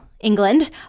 England